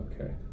Okay